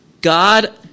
God